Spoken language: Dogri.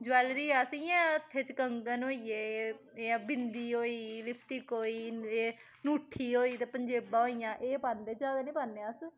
जबैलरी अस इ'यां हत्थें च कंगन होई गे जां बिंदी होई लिपस्टिक होई एह् ङूठी होई ते पंजेबां होई गेइयां एह् पांदे ज्यादा नी पान्ने अस